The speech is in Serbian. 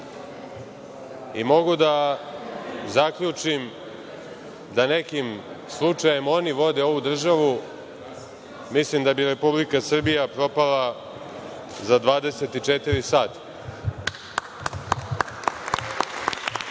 Mogu da zaključim da, nekim slučajem, oni vode ovu državu, mislim da bi Republika Srbija propala za 24